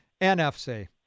NFC